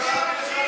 אני מסיים.